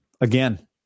again